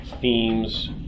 themes